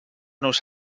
nos